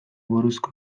buruzko